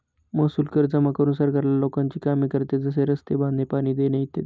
महसूल कर जमा करून सरकार लोकांची कामे करते, जसे रस्ते बांधणे, पाणी देणे इ